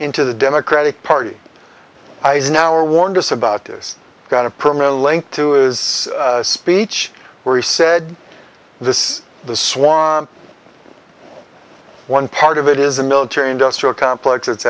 into the democratic party eyes now or warned us about this kind of permanent link to is speech where he said this is the swamp one part of it is a military industrial complex it's